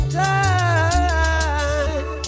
time